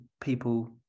people